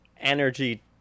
energy